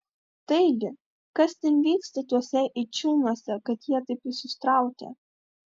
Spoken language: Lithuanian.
taigi kas ten vyksta tuose eičiūnuose kad jie taip visus traukia